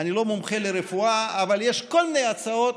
יש כל מיני הצעות,